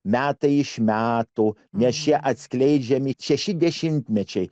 metai iš metų nes čia atskleidžiami šeši dešimtmečiai